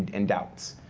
and doubts.